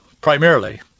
primarily